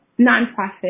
nonprofit